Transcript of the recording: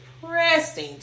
depressing